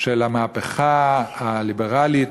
של המהפכה הליברלית,